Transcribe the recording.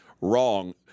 Wrong